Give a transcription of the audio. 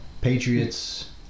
Patriots